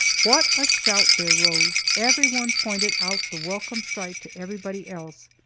what a shout there rose! everyone pointed out the welcome sight to everybody else,